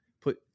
Put